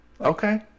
Okay